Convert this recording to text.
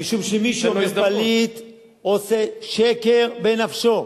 משום שמי שאומר שזה פליטים עושה שקר בנפשו.